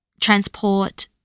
transport